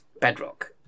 bedrock